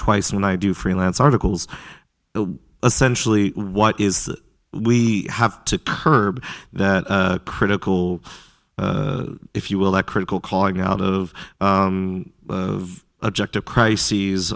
twice when i do freelance articles essentially what is that we have to curb that critical if you will that critical calling out of objective crises